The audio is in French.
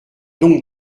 donc